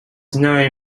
known